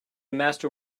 master